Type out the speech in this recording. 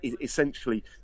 essentially